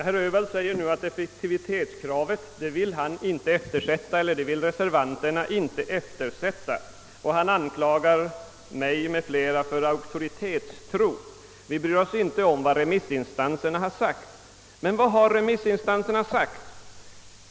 Herr talman! Herr Öhvall anför nu att reservanterna inte vill eftersätta effektivitetskravet. Han anklagar dessutom mig och de övriga på utskottsmajoritetens sida för auktoritetstro. Vi skulle inte bry oss om vad remissinstanserna har uttalat. Men vad har då remissinstanserna anfört?